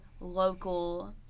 local